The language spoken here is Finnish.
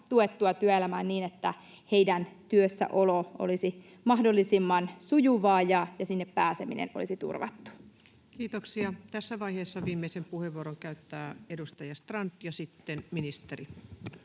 tuettua työelämään niin, että heidän työssäolonsa olisi mahdollisimman sujuvaa ja sinne pääseminen olisi turvattu. Kiitoksia. — Tässä vaiheessa viimeisen puheenvuoron käyttää edustaja Strand, ja sitten ministeri.